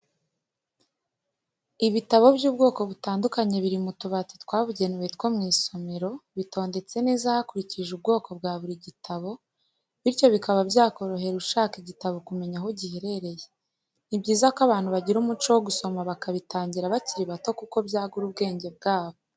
Ibitabo by'ubwoko butandukanye biri mu tubati twabugenewe two mu isomero, bitondetse neza hakurikijwe ubwo bwa buri gitabo bityo bikaba byakorohereza ushaka igitabo kumenya aho giherereye, ni byiza ko abantu bagira umuco wo gusoma bakabitangira bakiri bato kuko byagura ubwenge bwabo.